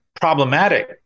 problematic